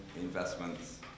investments